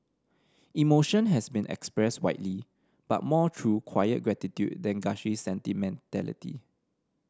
emotion has been expressed widely but more through quiet gratitude than gushy sentimentality